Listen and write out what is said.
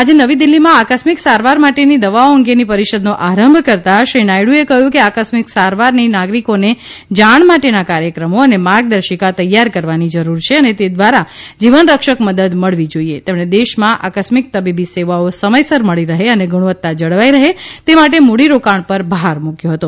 આજે નવી દિલ્ફીમાં આકસ્મિક સારવાર માટેની દવાઓ અંગેની પરિષદનો આરંભ કરતાં શ્રી નાયડુએ કહ્યું કે આકસ્મિક સારવાની નાગરિકોને જાણ માટે કાર્યક્રમો અને માર્ગદર્શિકા તૈયાર કરાવની જરૂર છે અને તે દ્વારા જીવન રક્ષક મદદ મળવી જોઇએ તેમણે દેશમાં આકસ્મિક તબીબી સેવાઓ સમયસર મળી રહે અને ગુણવત્તા જળવાઈ રહે તે માટે મૂડી રોકાણ પર ભાર મૂક્યો હતો